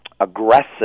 aggressive